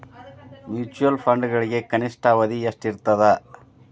mutual ಫಂಡ್ಗಳಿಗೆ ಕನಿಷ್ಠ ಅವಧಿ ಎಷ್ಟಿರತದ